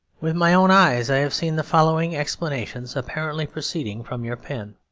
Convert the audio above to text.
with my own eyes i have seen the following explanations, apparently proceeding from your pen,